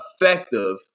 effective